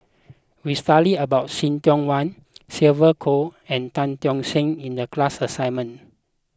we studied about See Tiong Wah Sylvia Kho and Tan Tock San in the class assignment